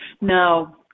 no